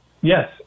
Yes